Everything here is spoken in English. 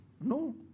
No